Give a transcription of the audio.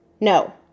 No